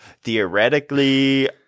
Theoretically